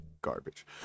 garbage